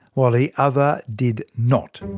while the other did not.